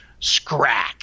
SCRACK